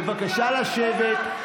בבקשה לשבת.